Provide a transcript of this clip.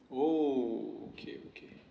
oh okay okay